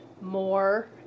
more